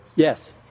Yes